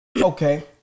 Okay